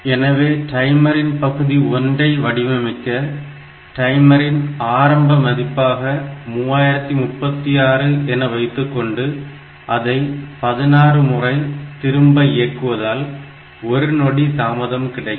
எனவே டைமரின் பகுதி 1 ஐ வடிவமைக்க டைமரின் ஆரம்ப மதிப்பாக 3036 என வைத்துக்கொண்டு அதை 16 முறை திரும்ப இயக்குவதால் 1 நொடி தாமதம் கிடைக்கும்